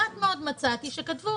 מעט מאוד מצאתי שכתבו